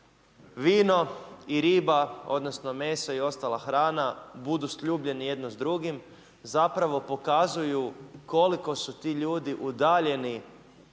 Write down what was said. vino i riba odnosno meso i ostala hrana budu sljubljeni jedno s drugim, zapravo pokazuju koliko su ti ljudi udaljeni